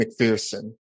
McPherson